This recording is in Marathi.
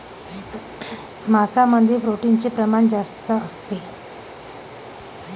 मांसामध्ये प्रोटीनचे प्रमाण जास्त असते